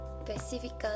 specifically